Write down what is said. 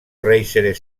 racer